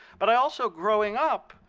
but i also, growing up,